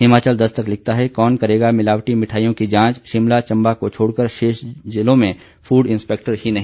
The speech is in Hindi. हिमाचल दस्तक लिखता है कौन करेगा मिलावटी मिठाईयों की जांच शिमला चंबा को छोड़कर शेष जिलों में फूड इंस्पेक्टर ही नहीं